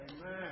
amen